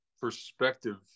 perspective